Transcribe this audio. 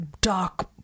dark